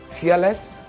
fearless